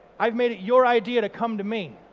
i've made it your idea to come to me.